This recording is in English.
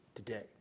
today